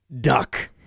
Duck